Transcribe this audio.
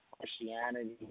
Christianity